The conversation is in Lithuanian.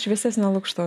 šviesesnio lukšto